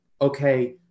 okay